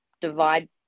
divide